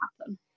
happen